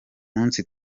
munsi